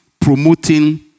promoting